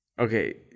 okay